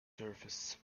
surface